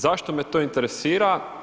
Zašto me to interesira?